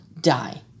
die